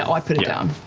i put it down.